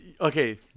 Okay